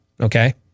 okay